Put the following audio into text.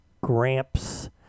Gramps